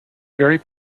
very